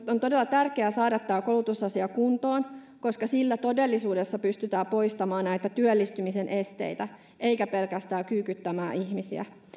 on todella tärkeää saada tämä koulutusasia kuntoon koska sillä todellisuudessa pystytään poistamaan työllistymisen esteitä eikä pelkästään kyykyttämään ihmisiä